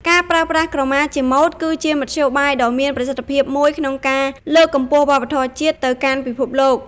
ការប្រើប្រាស់ក្រមាជាម៉ូដ គឺជាមធ្យោបាយដ៏មានប្រសិទ្ធភាពមួយក្នុងការ លើកកម្ពស់វប្បធម៌ជាតិ ទៅកាន់ពិភពលោក។